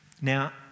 Now